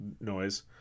noise